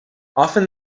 often